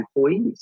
employees